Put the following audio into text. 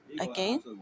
again